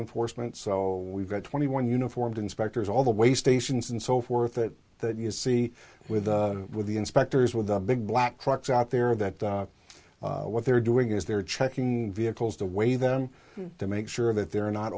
enforcement so we've got twenty one uniformed inspectors all the way stations and so forth that that you see with the with the inspectors with the big black trucks out there that what they're doing is they're checking vehicles to weigh them to make sure that they're not